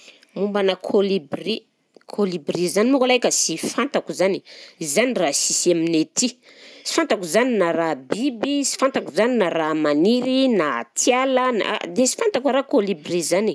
Momba ana colibri, colibri zany moa leka sy fantako zany, zany raha sisy aminay aty, sy fantako zany na raha biby sy fantako zany na raha maniry na atiala dia sy fantako a raha colibri zany